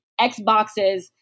Xboxes